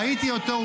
ראיתי אותו,